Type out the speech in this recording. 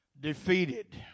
defeated